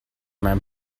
mein